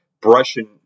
brushing